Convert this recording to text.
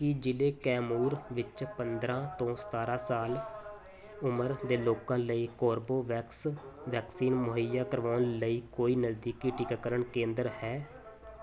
ਕੀ ਜ਼ਿਲ੍ਹੇ ਕੈਮੂਰ ਵਿੱਚ ਪੰਦਰ੍ਹਾਂ ਤੋਂ ਸਤਾਰ੍ਹਾਂ ਸਾਲ ਉਮਰ ਦੇ ਲੋਕਾਂ ਲਈ ਕੋਰਬੇਵੈਕਸ ਵੈਕਸੀਨ ਮੁਹੱਈਆ ਕਰਵਾਉਣ ਲਈ ਕੋਈ ਨਜ਼ਦੀਕੀ ਟੀਕਾਕਰਨ ਕੇਂਦਰ ਹੈ